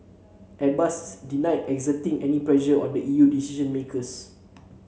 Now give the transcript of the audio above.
Airbus denied exerting any pressure on the E U decision makers